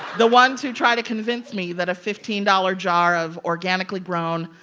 the ones who try to convince me that a fifteen dollars jar of organically grown,